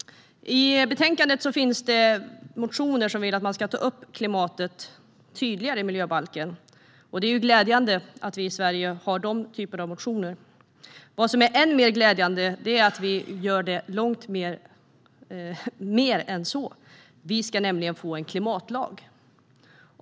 I betänkandet finns det motioner om att ta upp klimatet tydligare i miljöbalken. Det är glädjande att vi i Sverige har den typen av motioner. Än mer glädjande är att vi gör långt mer än så: Vi ska få en klimatlag.